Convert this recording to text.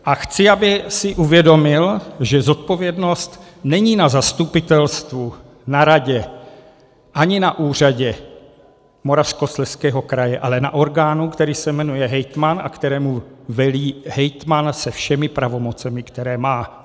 A chci, aby si uvědomil, že zodpovědnost není na zastupitelstvu, na radě ani na úřadě Moravskoslezského kraje, ale na orgánu, který se jmenuje hejtman a kterému velí hejtman se všemi pravomocemi, které má.